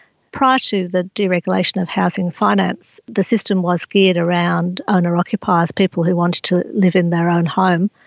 prior to the deregulation of housing finance, the system was geared around owner occupiers, people who wanted to live in their own home,